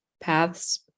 paths